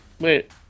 Wait